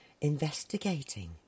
investigating